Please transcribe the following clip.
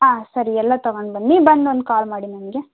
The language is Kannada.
ಹಾಂ ಸರಿ ಎಲ್ಲ ತಗೊಂಡು ಬನ್ನಿ ಬಂದು ಒಂದು ಕಾಲ್ ಮಾಡಿ ನನಗೆ